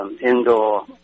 indoor